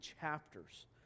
chapters